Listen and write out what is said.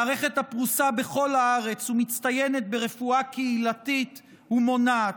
מערכת הפרוסה בכל הארץ ומצטיינת ברפואה קהילתית ומונעת,